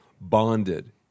bonded